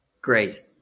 Great